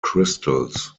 crystals